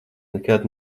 nekad